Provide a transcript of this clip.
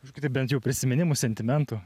kažkokių tai bent jau prisiminimų sentimentų